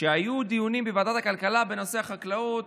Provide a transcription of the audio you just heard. כשהיו דיונים בוועדת הכלכלה בנושא החקלאות,